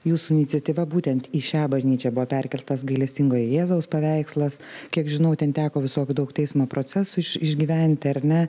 jūsų iniciatyva būtent į šią bažnyčią buvo perkeltas gailestingojo jėzaus paveikslas kiek žinau ten teko visokių daug teismo procesų iš išgyventi ar ne